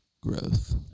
Growth